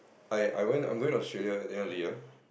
I I went I'm going Australia at the end of the year